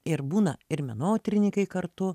ir būna ir menotyrinikai kartu